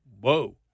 whoa